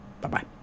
Bye-bye